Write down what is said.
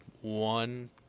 one